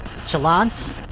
Chalant